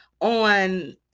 on